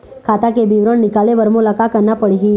खाता के विवरण निकाले बर मोला का करना पड़ही?